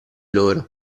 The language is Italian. loro